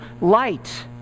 light